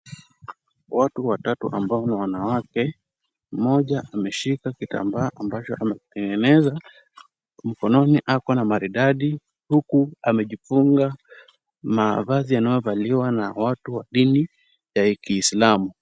Watu watatu ambao ni wanawake. Mmoja ameshika kitambaa ambacho amekitengeneza. Mkononi ako na maridadi huku amejifunga mavazi yanayovaliwa na watu wa dini ya kiislamu.